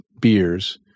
beers